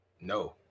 No